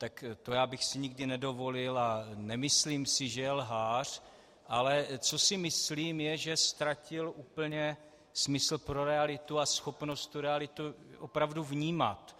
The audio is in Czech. Tak to bych si nikdy nedovolil a nemyslím si, že je lhář, ale co si myslím, je, že ztratil úplně smysl pro realitu a schopnost tu realitu opravdu vnímat.